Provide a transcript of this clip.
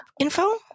info